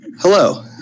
Hello